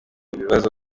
bibazo